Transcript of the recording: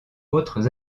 autres